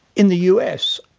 in the us,